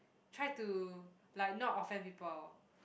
try to like not offend people